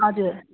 हजुर